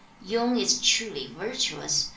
yung is truly virtuous,